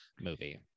movie